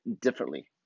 differently